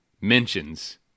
mentions